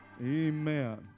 Amen